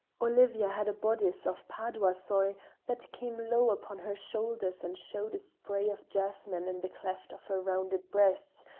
olivia had a bodice of paduasoy that came low upon her shoulders and showed a spray of jasmine in the cleft of her rounded breasts,